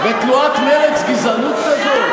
בתנועת מרצ גזענות כזאת?